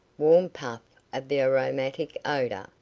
warm puff of the aromatic odour,